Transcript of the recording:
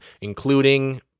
including